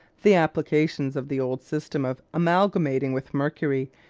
the applications of the old system of amalgamating with mercury,